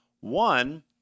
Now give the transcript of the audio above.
One